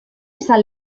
izan